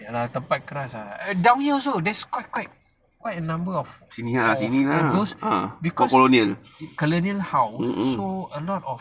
iya lah tempat keras ah down here also there's quite quite quite a number of of those colonial house so a lot of